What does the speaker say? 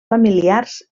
familiars